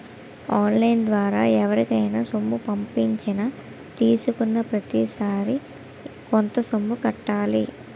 on line ద్వారా ఎవరికైనా సొమ్ము పంపించినా తీసుకున్నాప్రతిసారి కొంత సొమ్ము కట్టాలి